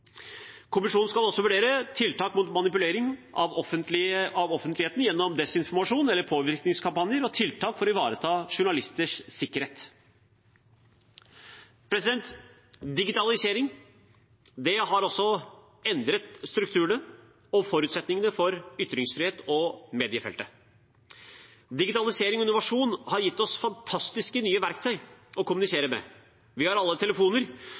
Kommisjonen skal også vurdere tiltak mot manipulering av offentligheten gjennom desinformasjon eller påvirkningskampanjer, og tiltak for å ivareta journalisters sikkerhet. Digitalisering har endret strukturene og forutsetningene for ytrings- og mediefeltet. Digitalisering og innovasjon har gitt oss fantastiske nye verktøy å kommunisere med. Vi har alle telefoner